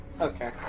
Okay